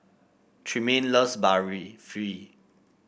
Tremaine loves Barfi